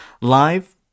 live